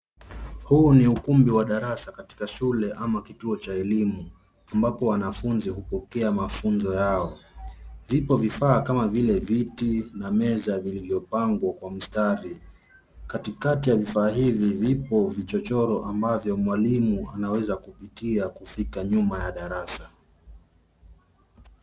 Huu ni ukumbi wa darasa katika shule ama kituo cha elimu ambapo wanafunzi hupokea mafunzo yao. Vipo vifaa kama vile viti na meza vilivyo pangwa kwa mistari katikati ya vifaa hivi vipo vichochoro ambavyo mwalimu anaweza kupitia kufika nyuma ya darasa.